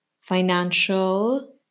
financial